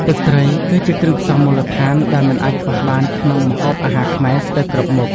ទឹកត្រី គឺជាគ្រឿងផ្សំមូលដ្ឋានដែលមិនអាចខ្វះបានក្នុងម្ហូបអាហារខ្មែរស្ទើរគ្រប់មុខ។